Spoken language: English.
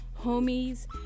homies